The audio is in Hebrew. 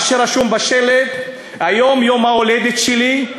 מה שרשום בשלט: היום יום-ההולדת שלי.